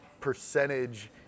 percentage